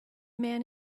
man